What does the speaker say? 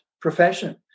profession